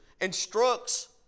instructs